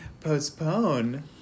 postpone